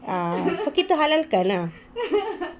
uh so kita halalkan lah